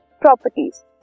properties